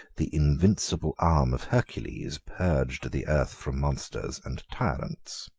the invincible arm of hercules purged the earth from monsters and tyrants.